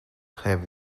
have